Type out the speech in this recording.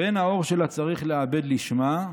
"ואין העור שלה, צריך עבדה לשמה.